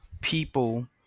people